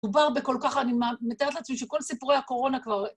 דובר בכל כך, אני מתארת לעצמי שכל סיפורי הקורונה כבר...